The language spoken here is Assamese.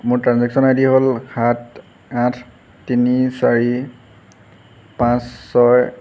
মোৰ ট্ৰানজেক্সন আইডি হ'ল সাত আঠ তিনি চাৰি পাঁচ ছয়